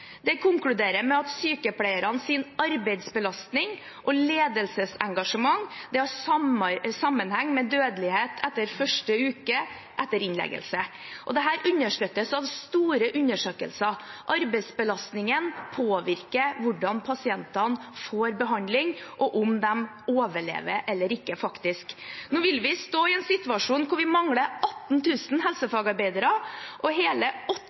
Det konkluderes med at sykepleiernes arbeidsbelastning og ledelsesengasjement har sammenheng med dødelighet etter første uke etter innleggelse. Dette understøttes av store undersøkelser. Arbeidsbelastningen påvirker hvordan pasientene får behandling, og om de overlever eller ikke. Nå vil vi stå i en situasjon der vi mangler 18 000 helsefagarbeidere og hele